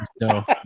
no